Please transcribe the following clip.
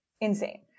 Insane